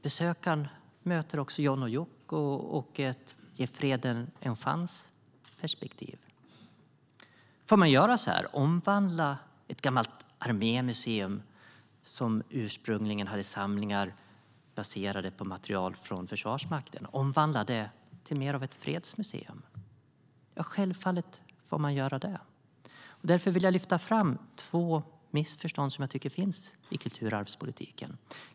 Besökaren möter också John och Yoko och ett ge freden en chans-perspektiv. Får man göra så, omvandla ett gammalt armémuseum, som ursprungligen hade samlingar baserade på materiel från Försvarsmakten, till mer av ett fredsmuseum? Ja, självfallet får man göra det. Därför vill jag lyfta fram två missförstånd som jag tycker finns i kulturarvsdebatten.